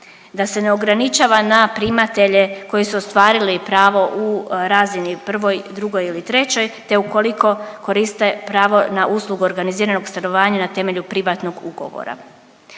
da se ne ograničava na primatelje koji su ostvarili pravo u razini prvoj, drugoj ili trećoj, te ukoliko koriste pravo na uslugu organiziranog stanovanja na temelju privatnog ugovora.